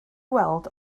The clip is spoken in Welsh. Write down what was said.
weld